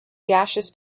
gaseous